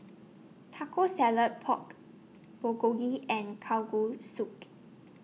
Taco Salad Pork Bulgogi and